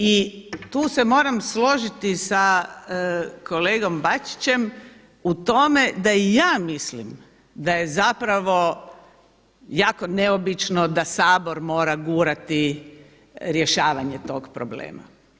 I tu se moram složiti sa kolegom Bačićem u tome da i ja mislim da je zapravo jako neobično da Sabor mora gurati rješavanje tog problema.